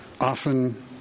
often